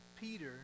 Peter